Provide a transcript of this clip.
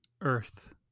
Earth